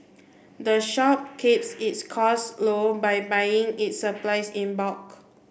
the shop keeps its costs low by buying its supplies in bulk